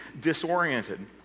disoriented